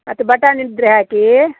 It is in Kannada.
ಮತ್ತು ಬಟಾಣಿ ಇದ್ದರೆ ಹಾಕಿ